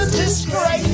disgrace